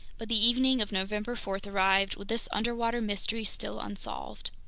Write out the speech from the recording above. but the evening of november four arrived with this underwater mystery still unsolved.